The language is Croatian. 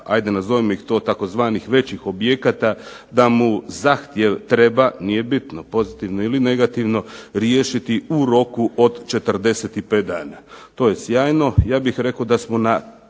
hajde nazovimo ih to takozvanih većih objekata da mu zahtjev treba, nije bitno pozitivno ili negativno riješiti u roku od 45 dana. To je sjajno. Ja bih rekao da smo na